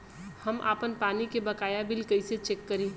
हम आपन पानी के बकाया बिल कईसे चेक करी?